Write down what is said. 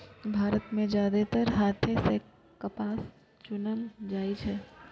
भारत मे जादेतर हाथे सं कपास चुनल जाइ छै